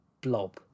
blob